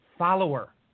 follower